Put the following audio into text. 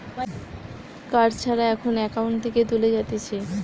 card ছাড়া এখন account থেকে তুলে যাতিছে